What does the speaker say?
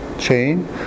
chain